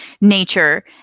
nature